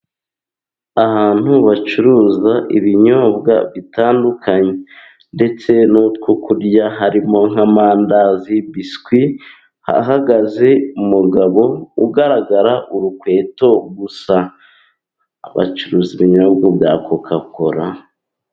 Ahantu bacuruza ibinyobwa bitandukanye ndetse n'utwo kurya harimo nk'amandazi , biswi ,hahagaze umugabo ugaragara urukweto gusa ,bacuruza ibinyobwa bya kokakola.